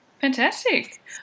Fantastic